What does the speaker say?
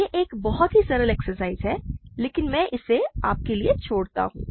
यह एक बहुत ही सरल एक्सरसाइज है लेकिन मैं इसे आपके लिए छोड़ता हूँ